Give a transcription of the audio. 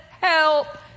help